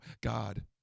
God